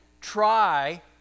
try